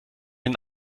den